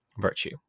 virtue